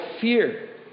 fear